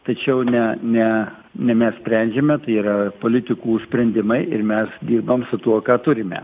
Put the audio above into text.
tačiau ne ne ne mes sprendžiame tai yra politikų sprendimai ir mes dirbam su tuo ką turime